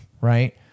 right